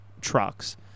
trucks